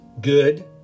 good